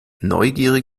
neugierig